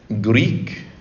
Greek